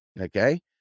okay